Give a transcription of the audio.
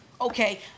okay